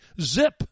zip